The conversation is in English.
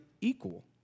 equal